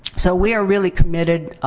so, we are really committed,